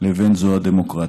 לבין זו הדמוקרטית.